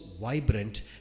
vibrant